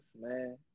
man